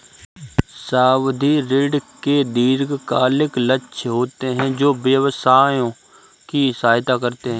सावधि ऋण के दीर्घकालिक लक्ष्य होते हैं जो व्यवसायों की सहायता करते हैं